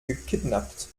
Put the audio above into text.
gekidnappt